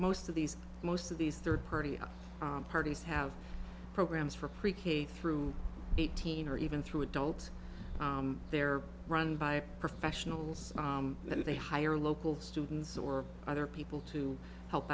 to these most of these third party up parties have programs for pre k through eighteen or even through adult they're run by professionals and they hire local students or other people to help